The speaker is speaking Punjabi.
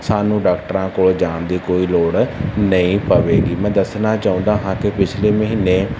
ਸਾਨੂੰ ਡਾਕਟਰਾਂ ਕੋਲ ਜਾਣ ਦੀ ਕੋਈ ਲੋੜ ਨਹੀਂ ਪਵੇਗੀ ਮੈਂ ਦੱਸਣਾ ਚਾਹੁੰਦਾ ਹਾਂ ਕਿ ਪਿਛਲੇ ਮਹੀਨੇ